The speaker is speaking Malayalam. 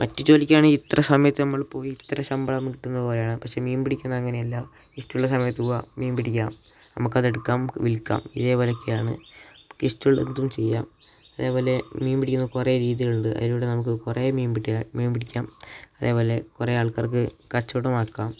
മറ്റു ജോലിക്കാണെങ്കിൽ ഇത്ര സമയത്ത് നമ്മൾ പോയി ഇത്ര ശമ്പളം നമുക്ക് കിട്ടുന്ന പോലെയാണ് പക്ഷെ മീൻ പിടിക്കുന്നത് അങ്ങനെ അല്ല ഇഷ്ടമുള്ള സമയത്ത് പോവാം മീൻ പിടിക്കാം നമുക്ക് അതെടുക്കാം വിൽക്കാം ഇതേപോലെയൊക്കെയാണ് നമ്മൾക്ക് ഇഷ്ടമുള്ളതെന്തും ചെയ്യാം അതേപോലെ മീൻ പിടിക്കുന്ന കുറേ രീതികൾ ഉണ്ട് അതിലൂടെ നമുക്ക് കുറേ മീൻ പിടിക്കുക മീൻ പിടിക്കാം അതേപോലെ കുറേ ആൾക്കാർക്ക് കച്ചവടം ആക്കാം